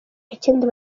ikindi